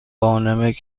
دارد